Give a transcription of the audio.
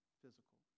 physical